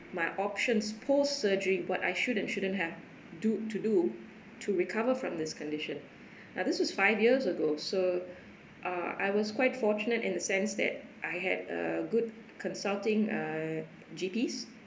my options post surgery what I should and shouldn't have do to do to recover from this condition uh this was five years ago so uh I was quite fortunate in the sense that I had a good consulting uh G_P's